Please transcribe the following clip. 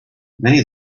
many